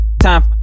time